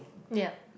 ya